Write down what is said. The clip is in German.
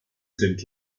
sind